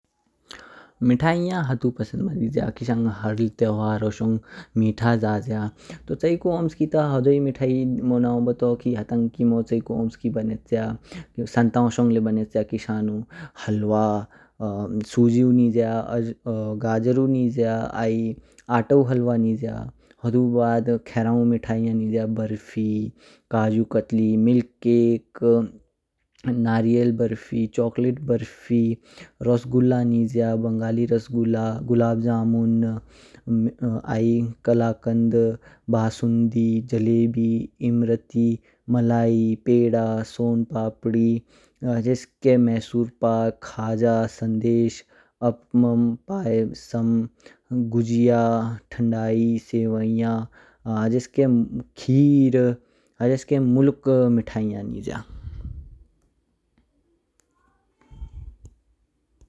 मीठैयाँ हाटु पसन्द मा निज्या। किशांग हर त्योहारो शोंग मीठा जाज्या। डू चिये कु ऊम्स्की ता होदो ही मिठाई मोनाओ ब्तो कि हाटंग किमो चयी कु ऊम्स्की बनेच्या, सन्ताओ शोंग क्य बनच्या किशानु हल्वा, सूजी उ निज्या, गाज्जरू निज्या आइ आटा उ निज्या। हुडु बाद खेरेऊ नीठैयां निज्या बर्फी, काजू कतली, मिल्क केक, नारियल बर्फी, चॉकलेट बर्फी, रसगुला निज्या, बंगाली रसगुला, गुलाब जामुन, आइ कला कंद, बासुंदी, जलेबी, इमरती, मलाई, पेड़ा, सोन पपड़ी, ह्जेस्के मसूर पक, खा जा, सन्देश, उपमम पाये सोम, गुजिया, ठंडाई, सेवैयाँ, ह्जेस्के खीर ह्जेस्के मुलुक मिठैयां निज्या।